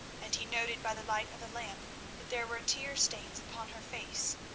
and he noted by the light of the lamp that there were tear-stains upon her face.